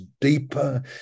deeper